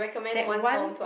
that one